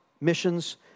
missions